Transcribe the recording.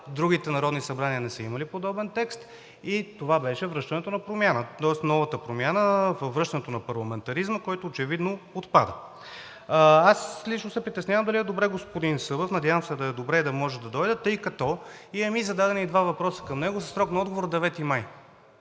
другите народни събрания не са имали подобен текст и това беше връщането на промяната. Тоест новата промяна във връщането на парламентаризма, който очевидно отпада. Лично се притеснявам дали е добре господин Събев, надявам се, да е добре и да може да дойде, тъй като имаме и зададени два въпроса към него със срок на отговор 9 май,